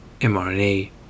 mRNA